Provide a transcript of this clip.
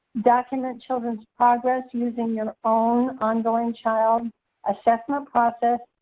document children's progress using your own ongoing child assessment process,